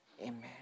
Amen